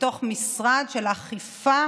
משרד של אכיפה